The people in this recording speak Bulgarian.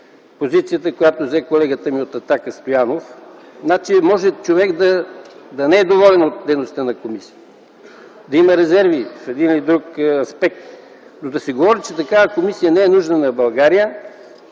позицията, заета от колегата ми Стоянов от „Атака”. Значи, може човек да не е доволен от дейността на комисията, да има резерви в един или друг аспект, но да се говори, че такава комисия не е нужна на България,